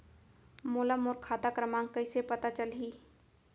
मोला मोर खाता क्रमाँक कइसे पता चलही?